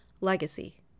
Legacy